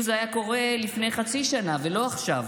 זה היה קורה לפני חצי שנה ולא עכשיו,